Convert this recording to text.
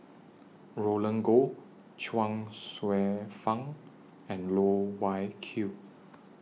Roland Goh Chuang Hsueh Fang and Loh Wai Kiew